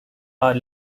are